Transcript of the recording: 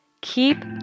Keep